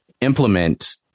implement